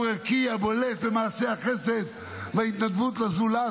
ערכי הבולט במעשי החסד וההתנדבות לזולת,